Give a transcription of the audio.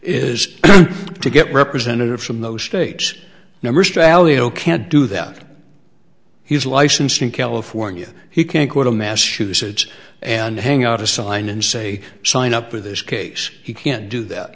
is to get representatives from those states number straley oh can't do that he's licensed in california he can't quit a massachusetts and hang out a sign and say sign up for this case he can't do that